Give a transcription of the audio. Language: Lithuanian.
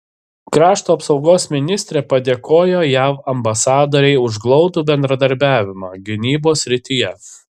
krašto apsaugos ministrė padėkojo jav ambasadorei už glaudų bendradarbiavimą gynybos srityje